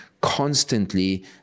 constantly